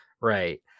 Right